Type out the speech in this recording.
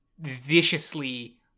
viciously